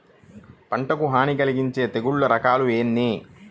పంటకు హాని కలిగించే తెగుళ్ళ రకాలు ఎన్ని?